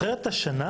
את זוכרת את השנה?